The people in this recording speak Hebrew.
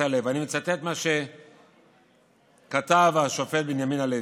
הלב" אני מצטט מה שכתב השופט בנימין הלוי,